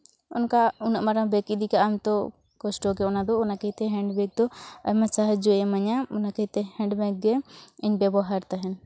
ᱚᱱᱠᱟ ᱩᱱᱟᱹᱜ ᱢᱟᱨᱟᱝ ᱵᱮᱜᱽ ᱤᱫᱤ ᱠᱟᱜ ᱟᱢ ᱛᱚ ᱠᱚᱥᱴᱚ ᱜᱮ ᱚᱱᱟ ᱠᱷᱟᱹᱛᱤᱨ ᱛᱮ ᱦᱮᱱᱰ ᱵᱮᱜᱽ ᱫᱚ ᱟᱭᱢᱟ ᱥᱟᱦᱟᱡᱡᱳᱭ ᱤᱢᱟᱹᱧᱟ ᱚᱱᱟ ᱠᱷᱟᱹᱛᱤᱨ ᱛᱮ ᱦᱮᱱᱰ ᱵᱮᱜᱽ ᱜᱮ ᱤᱧ ᱵᱮᱵᱚᱦᱟᱨ ᱛᱟᱦᱮᱱ